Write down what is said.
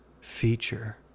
feature